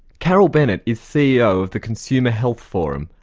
carol bennett is ceo of the consumer health forum,